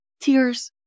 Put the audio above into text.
Tears